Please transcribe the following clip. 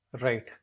Right